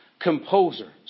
Composer